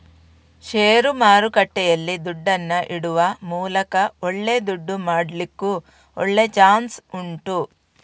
ಷೇರು ಮಾರುಕಟ್ಟೆಯಲ್ಲಿ ದುಡ್ಡನ್ನ ಇಡುವ ಮೂಲಕ ಒಳ್ಳೆ ದುಡ್ಡು ಮಾಡ್ಲಿಕ್ಕೂ ಒಳ್ಳೆ ಚಾನ್ಸ್ ಉಂಟು